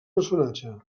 personatge